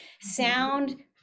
sound